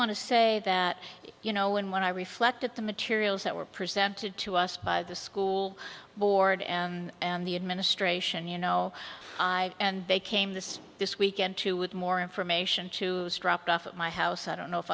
want to say that you know when when i reflect at the materials that were presented to us by the school board and the administration you know and they came this this weekend to with more information to drop off at my house i don't know if